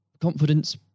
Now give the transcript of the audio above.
confidence